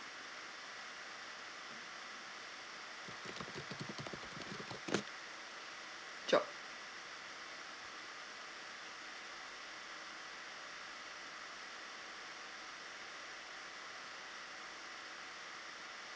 job